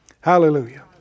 Hallelujah